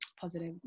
positive